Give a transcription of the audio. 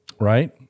Right